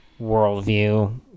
worldview